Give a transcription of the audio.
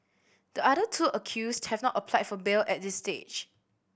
the other two accused have not applied for bail at this stage